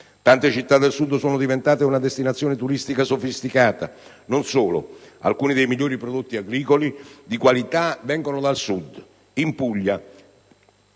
Tante città del Sud sono diventate una destinazione turistica sofisticata; non solo, alcuni dei migliori prodotti agricoli di qualità vengono dal Sud. In Puglia,